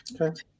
okay